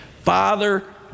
father